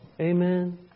Amen